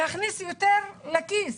להכניס יותר לכיס.